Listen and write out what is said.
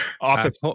office